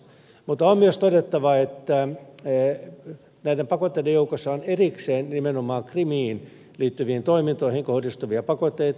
mutta on myös todettava että näiden pakotteiden joukossa on erikseen nimenomaan krimiin liittyviin toimintoihin kohdistuvia pakotteita